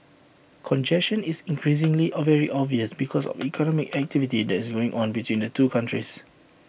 congestion is increasingly A very obvious because of economic activity that is going on between the two countries